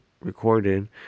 recorded